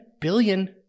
billion